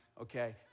okay